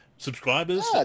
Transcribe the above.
subscribers